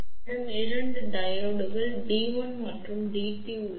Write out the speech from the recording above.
எனவே எங்களிடம் 2 டையோட்கள் டி 1 மற்றும் டி 2 உள்ளன